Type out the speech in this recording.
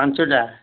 ପାଞ୍ଚଟା